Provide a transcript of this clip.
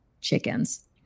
chickens